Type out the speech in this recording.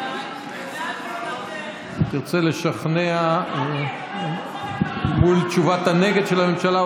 אם תרצה לשכנע מול תשובת הנגד של הממשלה,